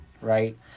Right